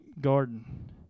garden